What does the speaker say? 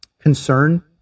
concern